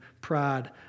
pride